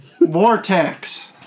Vortex